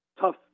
tough